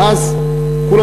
ואז כולם